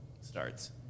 starts